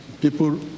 people